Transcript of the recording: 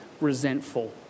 resentful